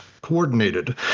Coordinated